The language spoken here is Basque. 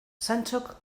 santxok